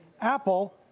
Apple